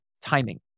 Timing